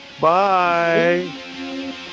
Bye